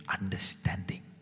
understanding